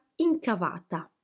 incavata